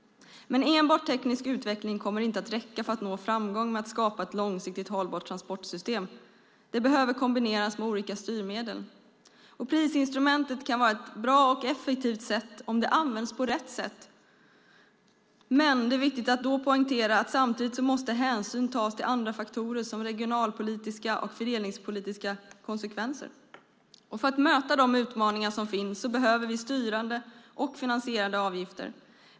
Enbart teknisk utveckling kommer inte att räcka för att nå framgång med att skapa ett långsiktigt hållbart transportsystem utan detta behöver kombineras med olika styrmedel. Prisinstrumentet kan vara ett bra och effektivt sätt om det används på rätt sätt. Men det är viktigt att poängtera att samtidigt måste hänsyn tas till andra faktorer som regionalpolitiska och fördelningspolitiska konsekvenser. För att möta de utmaningar som finns behöver vi styrande och finansierade avgifter.